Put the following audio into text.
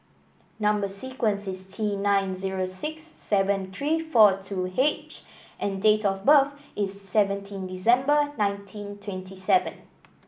number sequence is T nine zero six seven three four two H and date of birth is seventeen December nineteen twenty seven